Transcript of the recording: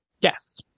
Yes